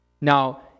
Now